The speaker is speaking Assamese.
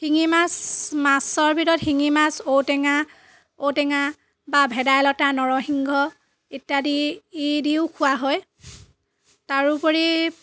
শিঙি মাছ মাছৰ ভিতৰত শিঙি মাছ ঔ টেঙা ঔ টেঙা বা ভেদাইলতা নৰসিংহ ইত্যাদি ই দিও খোৱা হয় তাৰোপৰি